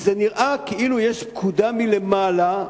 נראה כאילו יש פקודה מלמעלה,